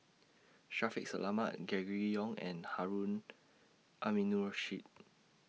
Shaffiq Selamat Gregory Yong and Harun Aminurrashid